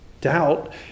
doubt